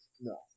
No